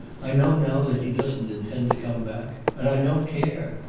i know now that he doesn't intend to come back, and i don't care.